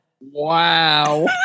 Wow